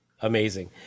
amazing